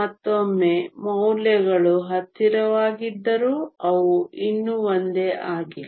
ಮತ್ತೊಮ್ಮೆ ಮೌಲ್ಯಗಳು ಹತ್ತಿರವಾಗಿದ್ದರೂ ಅವು ಇನ್ನೂ ಒಂದೇ ಆಗಿಲ್ಲ